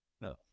No